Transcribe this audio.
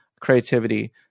creativity